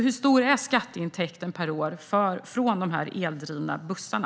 Hur stor är skatteintäkten per år från de eldrivna bussarna?